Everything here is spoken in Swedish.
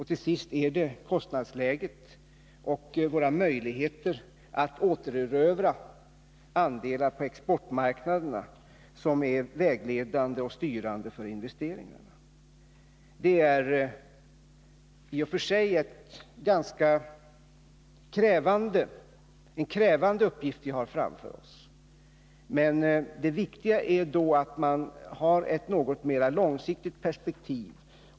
Till sist är det kostnadsläget och våra möjligheter att återerövra andelar på exportmarknaderna som är styrande för investeringarna. Det är en i och för sig ganska krävande uppgift vi har framrör oss. Det viktiga är att vi ser problemen i ett något mer långsiktigt perspektiv.